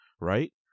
right